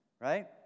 Right